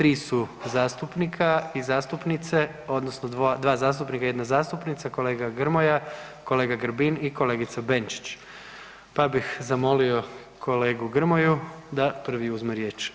Tri su zastupnika i zastupnice odnosno dva zastupnika i jedna zastupnica kolega Grmoja, kolega Grbin i kolegica Benčić, pa bih zamolio kolegu Grmoju da prvi uzme riječ.